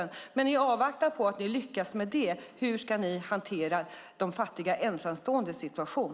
Men hur ska ni, i avvaktan på att ni lyckas med det, hantera de fattiga ensamståendes situation?